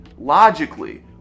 Logically